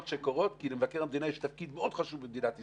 שקורות כי למבקר המדינה יש תפקיד מאוד חשוב במדינת ישראל,